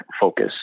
focus